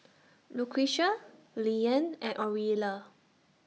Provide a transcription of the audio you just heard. Lucretia Leeann and Orilla